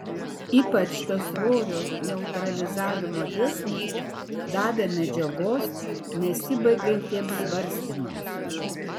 ypač tas svorio neutralizavimo dėsnis davė medžiagos nesibaigiantiems svarstymams